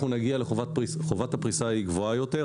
חובת הפריסה היא גבוהה יותר.